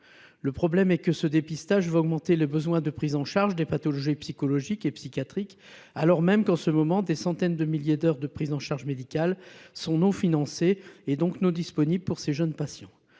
Pour autant, ce dépistage va accroître les besoins de prise en charge des pathologies psychologiques et psychiatriques, alors même que des centaines de milliers d’heures de prise en charge médicale ne sont pas financées et ne sont donc pas disponibles pour ces jeunes patients.